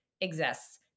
exists